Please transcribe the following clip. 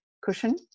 cushion